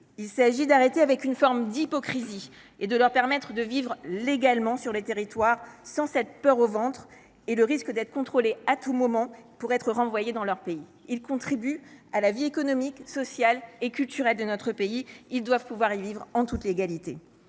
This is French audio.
Il s’agit d’en finir avec une forme d’hypocrisie, et de leur permettre de vivre légalement sur le territoire sans avoir la peur au ventre et sans courir le risque d’être contrôlés à tout moment pour être renvoyés dans leur pays. Ils contribuent à la vie économique, sociale et culturelle de notre pays, ils doivent pouvoir y vivre en toute légalité.